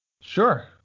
sure